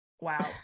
wow